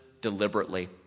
deliberately